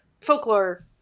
folklore